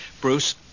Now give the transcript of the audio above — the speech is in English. Bruce